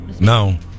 No